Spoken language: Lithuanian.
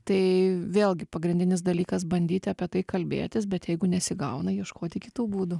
tai vėlgi pagrindinis dalykas bandyti apie tai kalbėtis bet jeigu nesigauna ieškoti kitų būdų